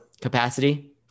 capacity